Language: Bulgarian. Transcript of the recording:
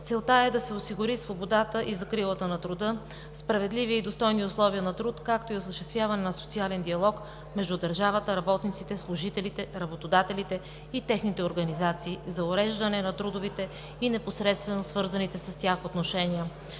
Целта е да се осигури свободата и закрилата на труда, справедливи и достойни условия на труд, както и осъществяване на социален диалог между държавата, работниците, служителите, работодателите и техните организации за уреждане на трудовите и непосредствено свързаните с тях отношения.